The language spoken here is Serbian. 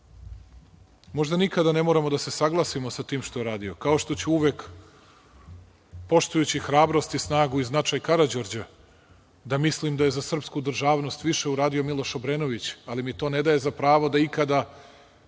Možda nikada ne moramo da se saglasimo sa tim što je radio kao što ću uvek, poštujući hrabrost i snagu i značaj Karađorđa, da mislim da je srpsku državnost više uradio Miloš Obrenović, ali mi to ne daje za pravo da ikada